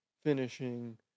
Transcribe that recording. finishing